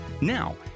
Now